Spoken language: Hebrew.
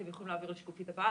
אתם יכולים להעביר לשקופית הבאה,